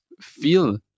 feel